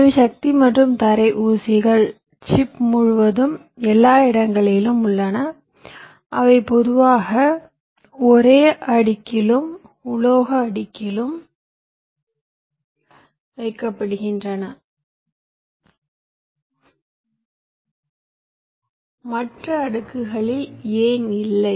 எனவே சக்தி மற்றும் தரை ஊசிகள் சிப் முழுவதும் எல்லா இடங்களிலும் உள்ளன அவை பொதுவாக ஒரே அடுக்கிலும் உலோக அடுக்கிலும் வைக்கப்படுகின்றன மற்ற அடுக்குகளில் ஏன் இல்லை